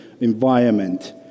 environment